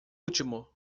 último